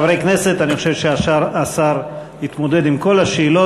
חברי הכנסת, אני חושב שהשר התמודד עם כל השאלות.